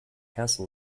castle